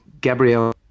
Gabrielle